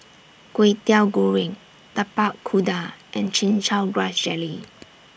Kwetiau Goreng Tapak Kuda and Chin Chow Grass Jelly